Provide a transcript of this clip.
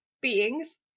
beings